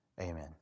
amen